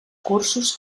cursos